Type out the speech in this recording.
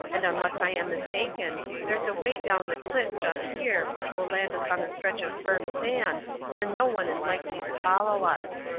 and unless i am mistaken there's a way down the cliff just here which will land us on a stretch of firm sand where no one is likely to follow us.